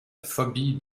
phobie